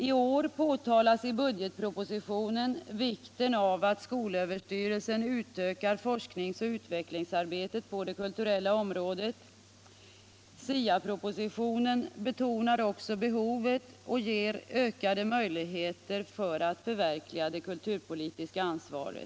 I år påtalas i budgetpropositionen vikten av att skolöverstyrelsen utökar forsknings och utvecklingsarbetet på det kulturella området. SIA propositionen betonar också behovet och ger ökade möjligheter att förverkliga det kulturpolitiska ansvaret.